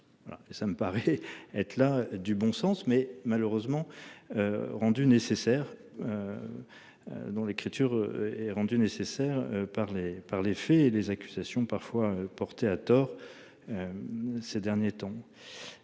ça me paraît être la du bon sens mais malheureusement. Rendue nécessaire. Dans l'écriture est rendue nécessaire par les par les faits et les accusations parfois portées à tort. Ces derniers temps.